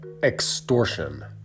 extortion